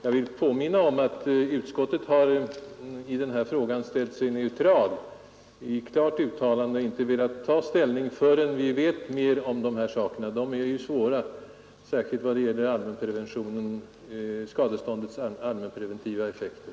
Jag vill i sammanhanget påminna om att utskottet ställt sig neutralt i denna fråga om riktlinjer. Utskottet har klart uttalat att det inte anser sig böra ta ställning förrän vi vet mera om dessa frågor. Det är svåra frågor vi här rör oss med, särskilt när det gäller att bedöma skadeståndets allmänpreventiva effekter.